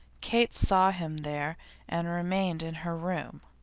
kate saw him there and remained in her room.